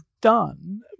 done